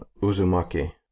Uzumaki